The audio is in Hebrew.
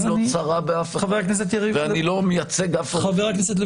עיני אינה צרה באף אחד ואני לא מייצג אף עורך דין.